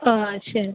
ആ ശരി